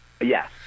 Yes